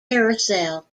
carousel